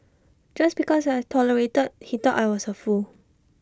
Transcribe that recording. just because I tolerated he thought I was A fool